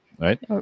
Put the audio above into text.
Right